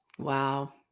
Wow